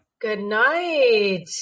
Goodnight